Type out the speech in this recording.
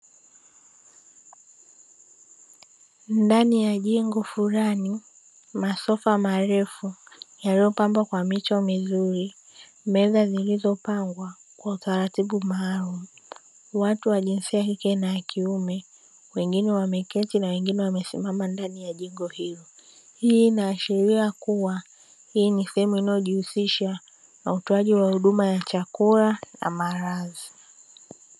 Ndani ya jengo fulani masofa marefu yaliyo pambwa kwa mito mizuri meza zilizopangwa kwa taratibu maalumu, bwatu wa jinsia ya kike na ya kiume wengine wameketi na wengine wamesimama ndani ya jengo hili. Hii inaashiria kuwa hii ni sehemu inayojihusisha na utoaji wa huduma ya chakula na malazi.